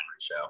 show